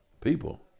people